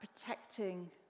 protecting